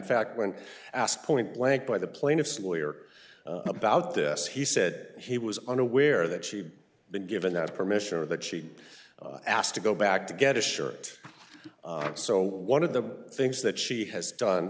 fact when asked point blank by the plaintiff's lawyer about this he said he was unaware that she had been given that permission or that she asked to go back to get a shirt so one of the things that she has done